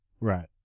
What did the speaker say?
Right